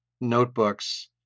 notebooks